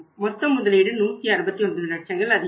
மொத்த முதலீடு 169 லட்சங்கள் அதிகரிக்கும்